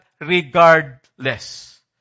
regardless